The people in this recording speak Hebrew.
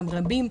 רבים,